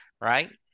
right